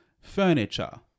furniture